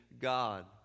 God